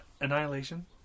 Annihilation